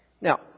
Now